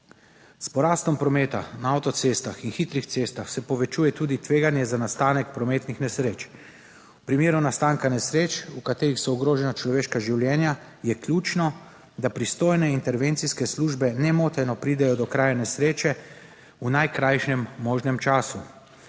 S porastom prometa na avtocestah in hitrih cestah se povečuje tudi tveganje za nastanek prometnih nesreč. V primeru nastanka nesreč, v katerih so ogrožena človeška življenja je ključno, da pristojne intervencijske službe nemoteno pridejo do kraja nesreče v najkrajšem možnem času.